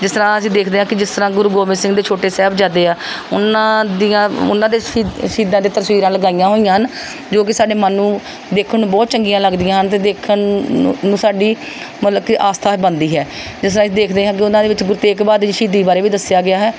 ਜਿਸ ਤਰ੍ਹਾਂ ਅਸੀਂ ਦੇਖਦੇ ਹਾਂ ਕਿ ਜਿਸ ਤਰ੍ਹਾਂ ਗੁਰੂ ਗੋਬਿੰਦ ਸਿੰਘ ਦੇ ਛੋਟੇ ਸਾਹਿਬਜ਼ਾਦੇ ਆ ਉਹਨਾਂ ਦੀਆਂ ਉਹਨਾਂ ਦੇ ਸ਼ਹੀ ਸ਼ਹੀਦਾਂ ਦੇ ਤਸਵੀਰਾਂ ਲਗਾਈਆਂ ਹੋਈਆਂ ਹਨ ਜੋ ਕਿ ਸਾਡੇ ਮਨ ਨੂੰ ਦੇਖਣ ਨੂੰ ਬਹੁਤ ਚੰਗੀਆਂ ਲੱਗਦੀਆਂ ਹਨ ਅਤੇ ਦੇਖਣ ਨੂੰ ਸਾਡੀ ਮਤਲਬ ਕਿ ਆਸਥਾ ਬਣਦੀ ਹੈ ਜਿਸ ਤਰ੍ਹਾਂ ਅਸੀਂ ਦੇਖਦੇ ਹਾਂ ਕਿ ਉਹਨਾਂ ਦੇ ਵਿੱਚ ਗੁਰੂ ਤੇਗ ਬਹਾਦਰ ਜੀ ਦੀ ਸ਼ਹੀਦੀ ਬਾਰੇ ਵੀ ਦੱਸਿਆ ਗਿਆ ਹੈ